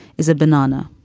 is a banana,